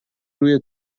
روی